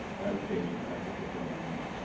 that occasion and that particular young man.